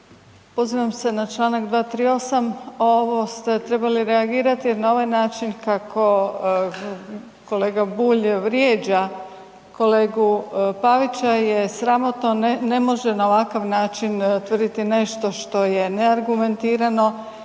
Pozivam se na Članak 238. ovo ste trebali reagirati jer na ovaj način kako kolega Bulj vrijeđa kolegu Pavića je sramotno, ne može na ovakav način tvrditi nešto što je neargumentirano,